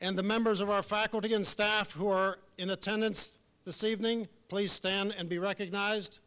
and the members of our faculty and staff who are in attendance evening please stand and be recognized